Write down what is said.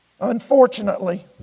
Unfortunately